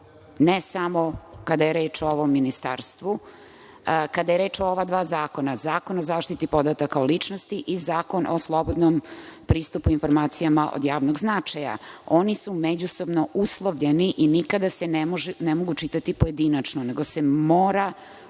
ne samo kada je reč o ovom ministarstvu, kada je reč o ova dva zakona, Zakon o zaštiti podataka o ličnosti i Zakon o slobodnom pristupu informacijama od javnog značaja. Oni su međusobno uslovljeni i nikada se ne mogu čitati pojedinačno, nego se mora